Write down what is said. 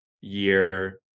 year